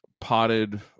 potted